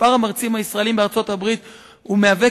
מספר המרצים הישראלים בארצות-הברית מהווה